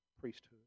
priesthood